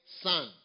son